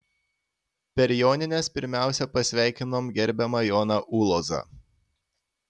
per jonines pirmiausia pasveikinom gerbiamą joną ulozą